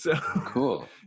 Cool